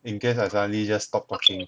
in case I suddenly just stop talking